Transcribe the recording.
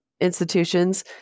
institutions